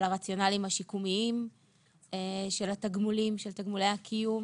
על הרציונלים השיקומיים של תגמולי הקיום